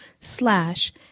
slash